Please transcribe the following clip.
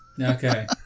Okay